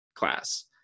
class